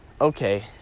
okay